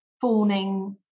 fawning